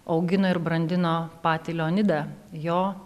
augino ir brandino patį leonidą jo